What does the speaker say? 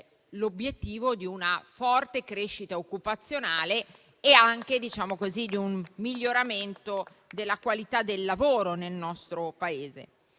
ambientale, con una forte crescita occupazionale e un miglioramento della qualità del lavoro nel nostro Paese.